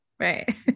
Right